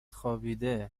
خوابیده